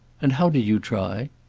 and how did you try?